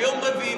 ביום רביעי,